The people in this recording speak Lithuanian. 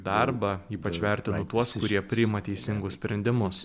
darbą ypač vertinu tuos kurie priima teisingus sprendimus